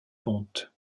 ponte